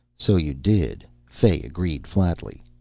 so you did, fay agreed flatly.